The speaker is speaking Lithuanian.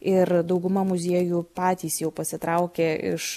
ir dauguma muziejų patys jau pasitraukė iš